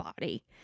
body